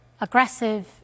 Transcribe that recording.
aggressive